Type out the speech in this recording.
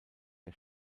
der